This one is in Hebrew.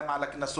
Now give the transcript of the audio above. גם על הקנסות,